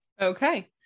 okay